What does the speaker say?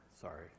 Sorry